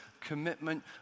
commitment